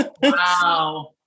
Wow